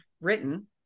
written